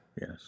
Yes